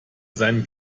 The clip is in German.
seinen